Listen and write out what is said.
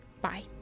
bye